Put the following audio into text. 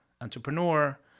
entrepreneur